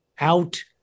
out